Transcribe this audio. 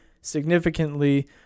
significantly